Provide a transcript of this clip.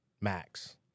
Max